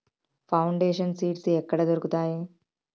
Foundation seeds ఎక్కడ దొరుకుతాయి?